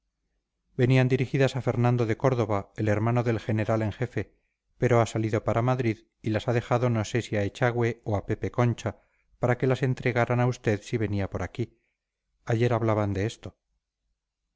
venían dirigidas a fernando de córdova el hermano del general en jefe pero ha salido para madrid y las ha dejado no sé si a echagüe o a pepe concha para que las entregaran a usted si venía por aquí ayer hablaban de esto